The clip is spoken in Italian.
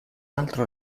altro